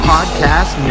Podcast